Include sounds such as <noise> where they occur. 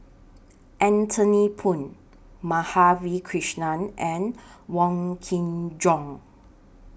Anthony Poon Madhavi Krishnan and <noise> Wong Kin Jong